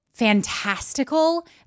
fantastical